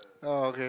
oh okay